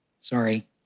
sorry